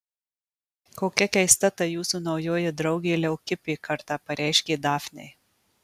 kokia keista ta jūsų naujoji draugė leukipė kartą pareiškė dafnei